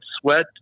sweat